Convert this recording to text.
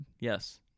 yes